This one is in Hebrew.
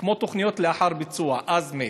כמו תוכניות לאחר ביצוע, as made,